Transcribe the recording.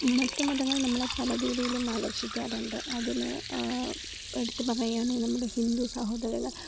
മറ്റ് മതങ്ങൾ നമ്മളെ പല രീതിയിലും ആകർഷിക്കാറുണ്ട് അതിൽ എടുത്തുപറയാൻ നമ്മുടെ ഹിന്ദു സഹോദരങ്ങൾ